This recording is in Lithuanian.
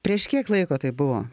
prieš kiek laiko tai buvo